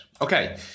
Okay